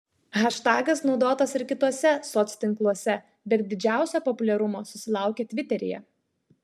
haštagas naudotas ir kituose soctinkluose bet didžiausio populiarumo susilaukė tviteryje